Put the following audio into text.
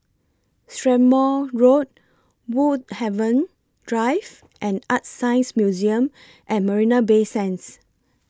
Strathmore Road Woodhaven Drive and ArtScience Museum At Marina Bay Sands